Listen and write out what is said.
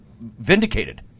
vindicated